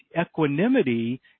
equanimity